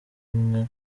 imwe